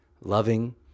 loving